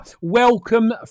welcome